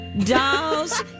dolls